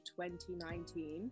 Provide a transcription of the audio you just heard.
2019